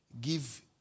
Give